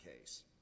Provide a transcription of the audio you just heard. case